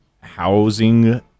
housing